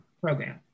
program